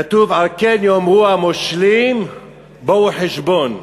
כתוב: על כן יאמרו המושלים בואו חשבון.